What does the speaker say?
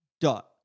dot